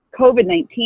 COVID-19